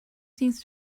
seems